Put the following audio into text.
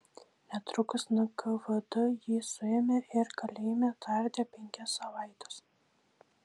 netrukus nkvd jį suėmė ir kalėjime tardė penkias savaites